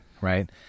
Right